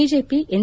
BJP N